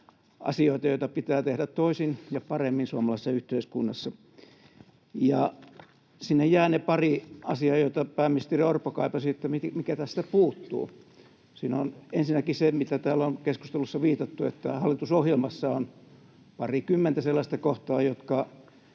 asioita, joita pitää tehdä toisin ja paremmin suomalaisessa yhteiskunnassa. Sinne jäävät ne pari asiaa, mitä tästä puuttuu — joita pääministeri Orpo kaipasi. Siinä on ensinnäkin se, mihin täällä on keskustelussa viitattu, että hallitusohjelmassa on parikymmentä sellaista kohtaa, jotka